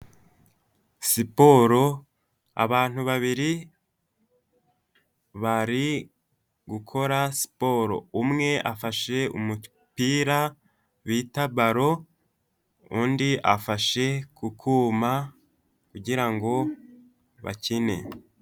Siporo abantu babiri bari gukora siporo umwe afashe umupira bita balo undi afashe ku kuma kugira ngo bakine.